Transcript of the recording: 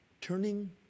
turning